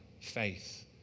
faith